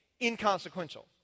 inconsequential